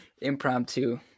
Impromptu